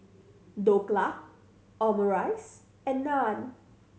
Dhokla Omurice and Naan